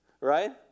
right